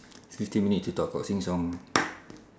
fifteen minute to talk cock sing song